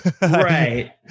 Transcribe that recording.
right